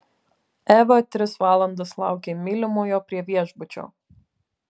eva tris valandas laukė mylimojo prie viešbučio